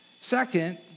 Second